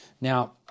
Now